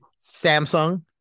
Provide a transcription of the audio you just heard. Samsung